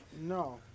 No